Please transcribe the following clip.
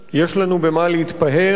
יש לנו במה להתפאר,